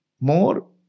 more